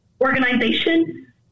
organization